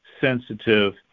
sensitive